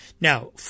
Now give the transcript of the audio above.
Now